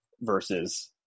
versus